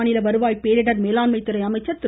மாநில வருவாய் பேரிடர் மேலாண்மை துறை அமைச்சர் திரு